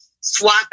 swap